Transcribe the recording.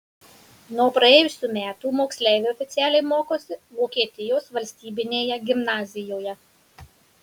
nuo praėjusių metų moksleiviai oficialiai mokosi vokietijos valstybinėje gimnazijoje